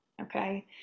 Okay